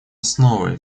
основой